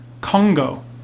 Congo